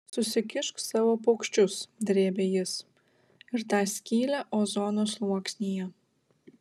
susikišk savo paukščius drėbė jis ir tą skylę ozono sluoksnyje